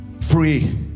Free